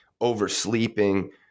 oversleeping